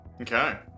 Okay